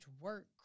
work